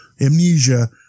amnesia